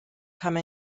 come